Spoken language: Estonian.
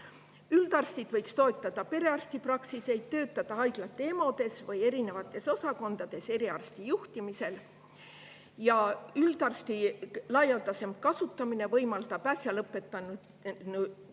Üldarstid võiksid toetada perearstipraksiseid, töötata haiglate EMO-des või erinevates osakondades eriarsti juhtimisel. Üldarsti laialdasem kasutamine võimaldab äsja lõpetanutel